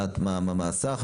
מה הסך,